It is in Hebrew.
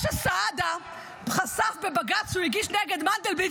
משה סעדה חשף בבג"ץ שהוא הגיש נגד מנדלבליט,